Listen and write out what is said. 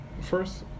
first